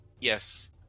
Yes